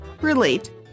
Relate